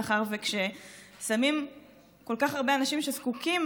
מאחר שכששמים כל כך הרבה אנשים שזקוקים